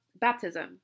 baptism